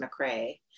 McRae